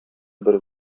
бер